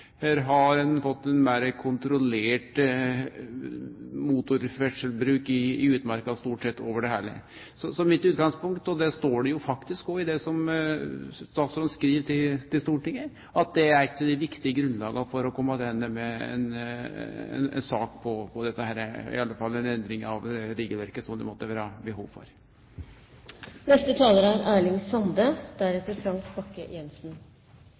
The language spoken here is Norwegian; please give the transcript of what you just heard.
har ein fått ein meir kontrollert motorferdsel i utmarka stort sett over det heile. Så mitt utgangspunkt er – og det står det jo faktisk óg i det som statsråden skriv til Stortinget – at det er eit av dei viktige grunnlaga for å kome attende med ei sak om dette, i alle fall ei endring av regelverket som det måtte vere behov